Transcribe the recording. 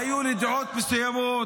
היו לי דעות מסוימות.